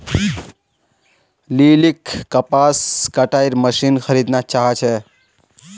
लिलीक कपास कटाईर मशीन खरीदना चाहा छे